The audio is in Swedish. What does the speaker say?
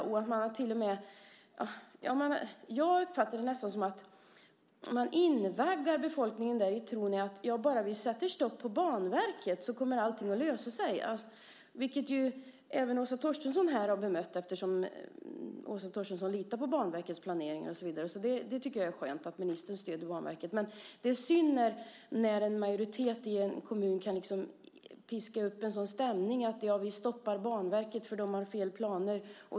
Jag uppfattar det nästan som att man invaggar befolkningen i tron att bara vi sätter stopp för Banverket kommer allting att lösa sig. Detta har ju Åsa Torstensson här bemött i och med att hon litar på Banverkets planering. Det känns skönt att ministern stöder Banverket. Men det är synd att en majoritet i en kommun kan piska upp en sådan stämning: Vi stoppar Banverket, för de har fel planer.